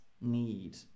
need